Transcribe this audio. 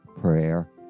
prayer